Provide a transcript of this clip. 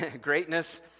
Greatness